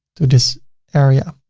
to this area,